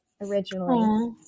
originally